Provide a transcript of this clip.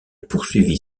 poursuivit